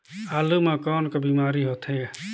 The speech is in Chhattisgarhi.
आलू म कौन का बीमारी होथे?